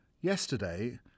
Yesterday